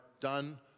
done